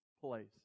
place